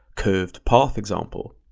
curved path example,